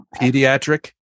Pediatric